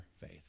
faith